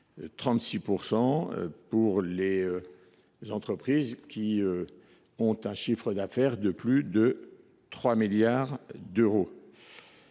!– pour les entreprises qui réalisent un chiffre d’affaires de plus de 3 milliards d’euros.